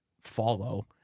follow